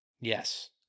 Yes